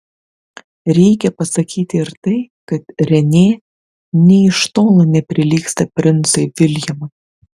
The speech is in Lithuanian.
reikia pasakyti ir tai kad renė nė iš tolo neprilygsta princui viljamui